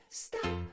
stop